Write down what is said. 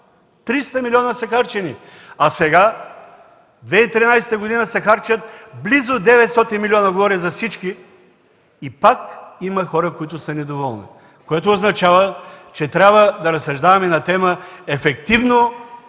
милиона са харчени! А сега, през 2013 г. се харчат близо 900 милиона! Говоря за всички. И пак има хора, които са недоволни, което означава, че трябва да разсъждаваме на тема „Ефективно